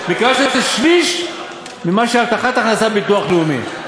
מכיוון שזה שליש מהבטחת הכנסה בביטוח לאומי.